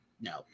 no